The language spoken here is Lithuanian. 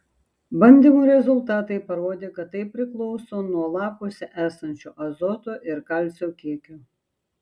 bandymų rezultatai parodė kad tai priklauso nuo lapuose esančio azoto ir kalcio kiekio